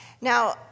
Now